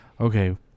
okay